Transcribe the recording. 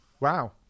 wow